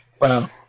Wow